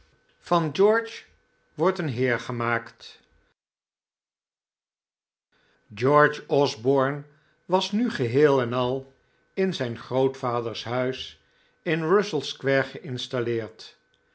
van george wordt een heer gemaakt george osborne was nu geheel en al in zijn grootvaders huis in russell square ge'installeerd